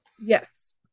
Yes